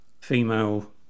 female